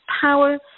power